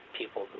people